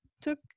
took